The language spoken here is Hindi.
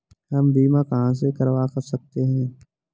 हम बीमा कहां से करवा सकते हैं?